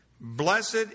Blessed